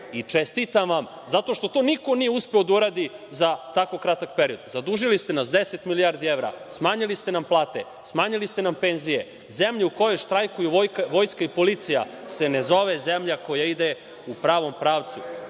i čestitam vam zato što to niko nije uspeo da uradi za tako kratak period. Zadužili ste nas deset milijardi evra, smanjili ste nam plate, smanjili ste nam penzije. Zemlja u kojoj štrajkuju vojska i policija se ne zove zemlja koja ide u pravom pravcu. Evo,